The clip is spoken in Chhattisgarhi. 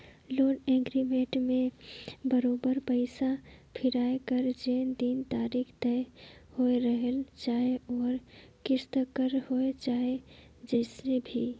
लोन एग्रीमेंट में बरोबेर पइसा फिराए कर जेन दिन तारीख तय होए रहेल चाहे ओहर किस्त कर होए चाहे जइसे भी